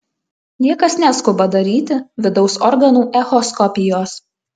niekas neskuba daryti vidaus organų echoskopijos